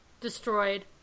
destroyed